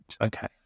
Okay